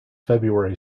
february